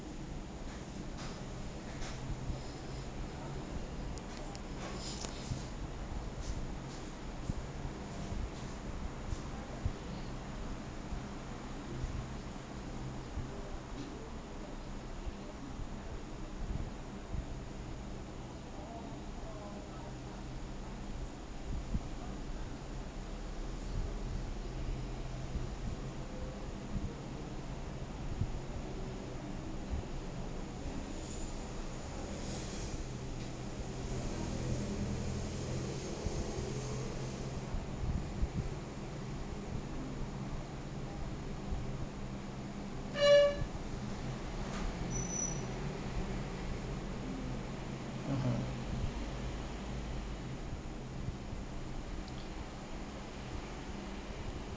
(mmhmm